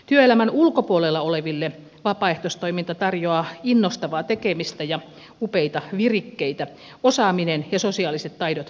työelämän ulkopuolella oleville vapaaehtoistoiminta tarjoaa innostavaa tekemistä ja upeita virikkeitä osaaminen ja sosiaaliset taidot vahvistuvat